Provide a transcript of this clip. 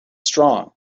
strong